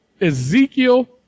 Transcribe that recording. ezekiel